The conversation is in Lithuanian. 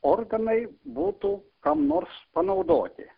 organai būtų kam nors panaudoti